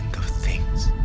of things.